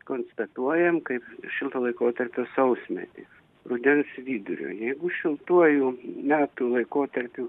konstatuojam kaip šilto laikotarpio sausmetį rudens vidurio jeigu šiltuoju metų laikotarpiu